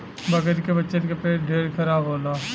बकरी के बच्चन के पेट ढेर खराब होला